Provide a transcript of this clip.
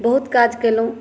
बहुत काज केलहुँ